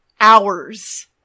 hours